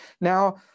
Now